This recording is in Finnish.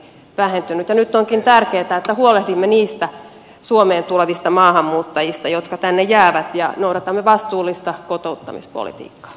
nyt onkin tärkeätä että huolehdimme niistä suomeen tulevista maahanmuuttajista jotka tänne jäävät ja noudatamme vastuullista kotouttamispolitiikkaa